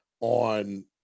on